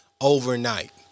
overnight